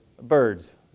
Birds